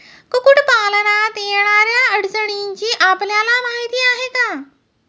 कुक्कुटपालनात येणाऱ्या अडचणींची आपल्याला माहिती आहे का?